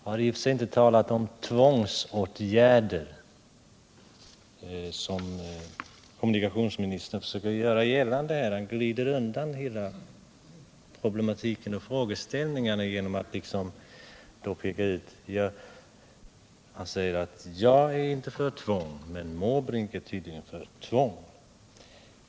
Herr talman! Jag har inte, som kommunikationsministern försöker göra gällande, talat om tvångsåtgärder. Kommunikationsministern glider undan frågeställningarna och hela problematiken genom att säga: Jag är inte för tvång, men Bertil Måbrink är tydligen det.